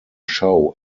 show